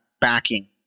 backing